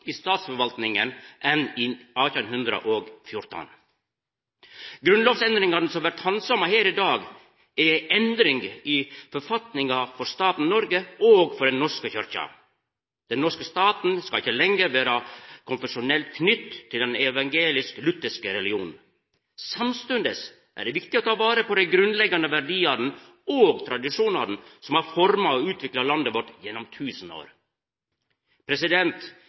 i statsforvaltninga enn det ho hadde i 1814. Grunnlovsendringane som vert handsama her i dag, er endring i forfatninga til staten Noreg og i Den norske kyrkja. Den norske staten skal ikkje lenger vera konfesjonelt knytt til den evangelisk-lutherske religionen. Samstundes er det viktig å ta vare på dei grunnleggjande verdiane og tradisjonane som har forma og utvikla landet vårt gjennom tusen år.